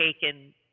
taken